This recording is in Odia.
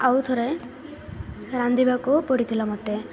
ଆଉ ଥରେ ରାନ୍ଧିବାକୁ ପଡ଼ିଥିଲା ମୋତେ